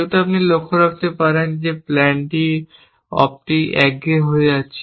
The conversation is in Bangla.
যেহেতু আপনি লক্ষ্য করতে পারেন যে প্ল্যানিং অপটি একঘেয়ে যাচ্ছে